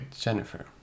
Jennifer